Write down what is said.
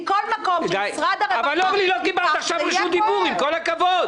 מכל מקום שמשרד הרווחה ייקח זה יהיה כואב.